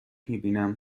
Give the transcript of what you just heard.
میبینم